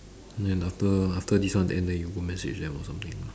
then after after this one then then you go message them or something lah